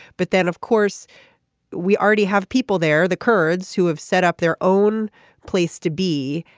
but then of course we already have people there the kurds who have set up their own place to be.